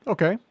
Okay